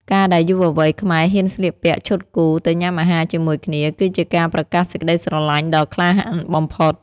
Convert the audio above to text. ការដែលយុវវ័យខ្មែរហ៊ានស្លៀកពាក់ឈុតគូ ទៅញ៉ាំអាហារជាមួយគ្នា គឺជាការប្រកាសសេចក្ដីស្រឡាញ់ដ៏ក្លាហានបំផុត។